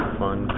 fun